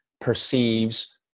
perceives